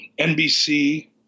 NBC